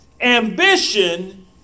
ambition